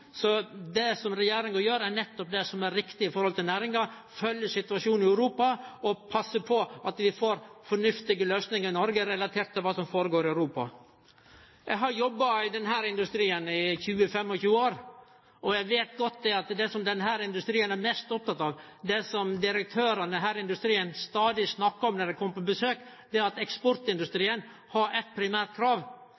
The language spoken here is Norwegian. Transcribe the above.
Så det regjeringa gjer, er nettopp det som er riktig i forhold til næringa: å følgje situasjonen i Europa, og å passe på at vi får fornuftige løysingar i Noreg relaterte til kva som går føre seg i Europa. Eg har jobba i denne industrien i 20–25 år, og eg veit godt at det ein her er mest oppteken av, det direktørane stadig snakkar om når dei kjem på besøk, er at eksportindustrien har eitt primært krav, og det er ein ordna økonomi som gjer at